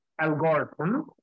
algorithm